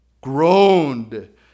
groaned